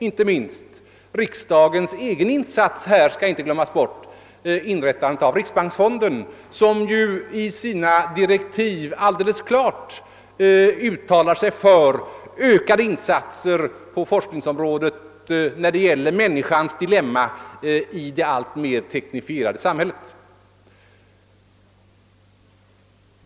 Inte minst riksdagens egen insats här skall inte glömmas bort, nämligen inrättandet av riksbanksfonden, där det i direktiven alldeles klart görs uttalanden för ökade insatser på forskningsområdet vad beträffar människans dilemma i det alltmer teknifierade samhället.